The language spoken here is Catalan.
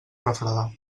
refredar